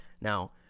Now